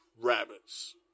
rabbits